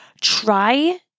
Try